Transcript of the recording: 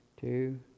two